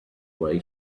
way